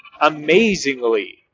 amazingly